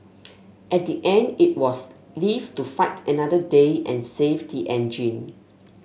at the end it was live to fight another day and save the engine